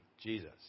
Jesus